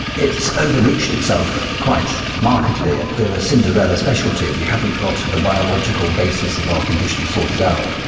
it's over-reached itself quite markedly. we're a cinderella speciality. we haven't got the biological basis of our condition sorted out.